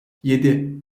yedi